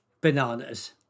bananas